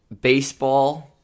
baseball